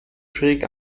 schräg